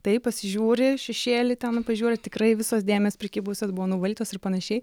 taip pasižiūri šešėlį ten pažiūri ar tikrai visos dėmės prikibusios buvo nuvalytos ir panašiai